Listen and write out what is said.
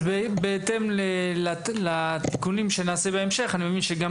אז בהתאם לתיקונים שנעשה בהמשך אני מאמין שגם